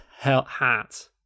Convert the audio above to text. hat